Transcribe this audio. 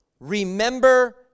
Remember